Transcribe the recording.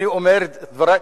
אני אומר את דברי,